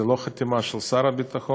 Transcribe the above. זו לא חתימה של שר הביטחון,